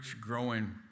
growing